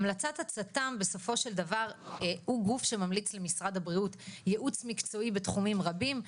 והוא גוף שממליץ למשרד הבריאות ייעוץ מקצועי בתחומים רבים.